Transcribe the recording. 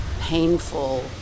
painful